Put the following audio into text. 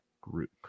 group